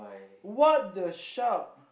what the shark